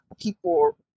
people